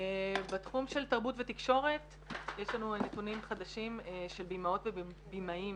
בתחום של תרבות ותקשורת יש לנו נתונים חדשים של בימאיות ובימאים